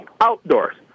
Outdoors